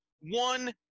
one